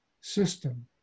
system